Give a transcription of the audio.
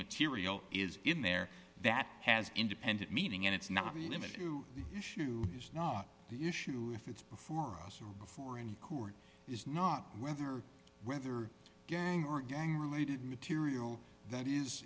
material is in there that has independent meaning and it's not be limited to the issue is not the issue if it's before us and before any court is not whether whether gang or gang related material that is